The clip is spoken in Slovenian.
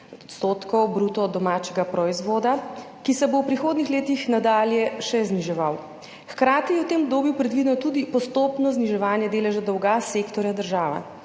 to je 3 % bruto domačega proizvoda, ki se bo v prihodnjih letih nadalje še zniževal. Hkrati je v tem obdobju predvideno tudi postopno zniževanje deleža dolga sektorja država,